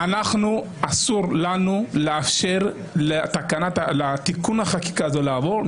אסור לנו לאפשר לתיקון החקיקה הזו לעבור.